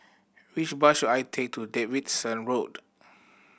which bus should I take to Davidson Road